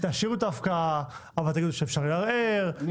תשאירו את ההפקעה אבל תגידו שאפשר לערער,